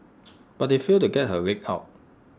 but they failed to get her leg out